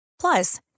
Plus